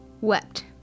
wept